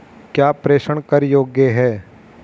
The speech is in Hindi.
क्या प्रेषण कर योग्य हैं?